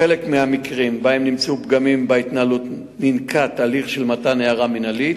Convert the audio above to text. בחלק מהמקרים שבהם נמצאו פגמים בהתנהלות ננקט הליך של מתן הערה מינהלית.